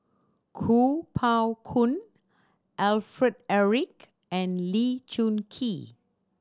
Kuo Pao Kun Alfred Eric and Lee Choon Kee